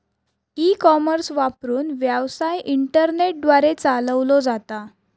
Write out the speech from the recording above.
E commerce वापरून, व्यवसाय internet द्वारे चालवलो जाता